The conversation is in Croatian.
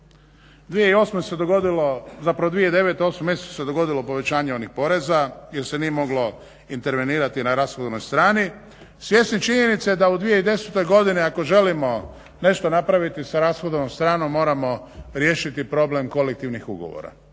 u 8. mjesecu se dogodilo povećanje onih poreza jer se nije moglo intervenirati na rashodovnoj strani, svjesni činjenice da u 2010. godini ako želimo nešto napraviti sa rashodovnom stranom moramo riješiti problem kolektivnih ugovora.